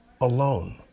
alone